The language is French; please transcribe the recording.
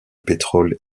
pétrole